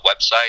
website